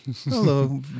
Hello